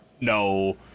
no